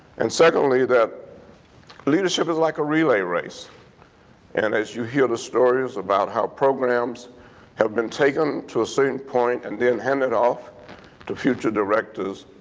and secondly that leadership is like a relay race and as you hear the stories about how programs have been taken to a certain point and then handed off to future directors.